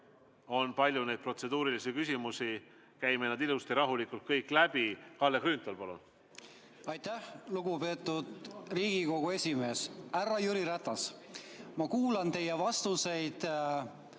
on palju protseduurilisi küsimusi. Käime nad ilusti rahulikult kõik läbi. Kalle Grünthal, palun! Aitäh, lugupeetud Riigikogu esimees! Härra Jüri Ratas! Ma kuulan teie vastuseid